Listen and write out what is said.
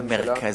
המרכזיות.